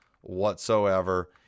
whatsoever